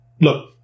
look